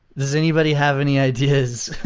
does anybody have any ideas?